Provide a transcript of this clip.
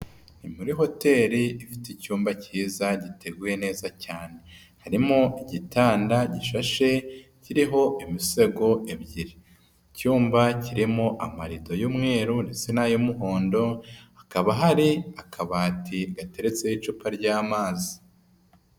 Ni muri hoteri ifite icyumba cyiza giteguye neza cyane. Harimo igitanda, gishashe kiriho imisego ebyiri. Icyumba kirimo amarido y'umweru ndetse n'ay'umuhondo, hakaba hari akabati gateretseho icupa ry'amazi.